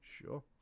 Sure